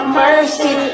mercy